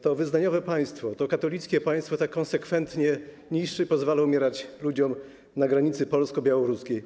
To wyznaniowe państwo, to katolickie państwo tak konsekwentnie niszczy, pozwala umierać ludziom na granicy polsko-białoruskiej.